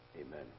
Amen